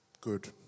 Good